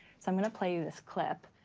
so i'm going to play you this clip.